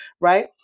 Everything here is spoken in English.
right